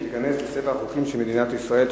והיא תיכנס לספר החוקים של מדינת ישראל.